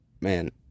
man